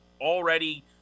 already